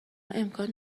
امکان